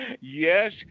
Yes